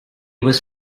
was